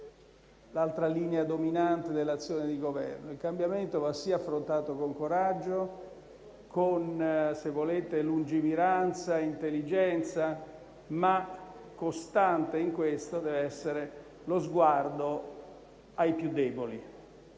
l'altra linea dominante dell'azione di Governo. Il cambiamento va sì affrontato con coraggio, se volete con lungimiranza e intelligenza, ma costante in questo deve essere lo sguardo ai più deboli,